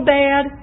bad